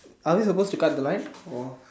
are we supposed to cut the line